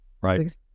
Right